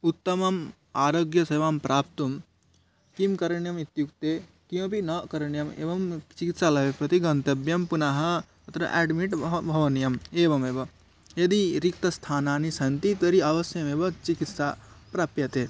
उत्तमाम् आरोग्यसेवां प्राप्तुं किं करणीयमित्युक्ते किमपि न करणीयम् एवं चिकित्सालयं प्रति गन्तव्यं पुनः तत्र आड्मिट् भव भवनीयम् एवमेव यदि रिक्तस्थानानि सन्ति तर्हि अवश्यमेव चिकित्सा प्राप्यते